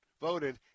voted